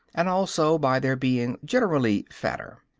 and also by their being generally fatter.